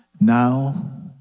Now